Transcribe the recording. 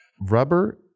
Rubber